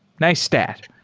nice stat